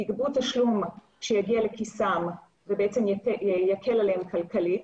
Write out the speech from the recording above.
יגבו תשלום שיגיע לכיסם ויקל עליהם כלכלית,